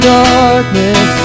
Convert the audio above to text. darkness